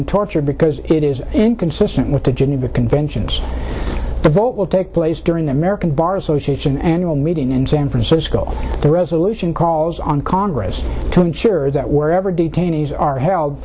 and torture because it is with the geneva conventions the vote will take place during the american bar association annual meeting in san francisco the resolution calls on congress to ensure that wherever detainees are held